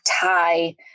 tie